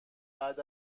بعد